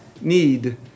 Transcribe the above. need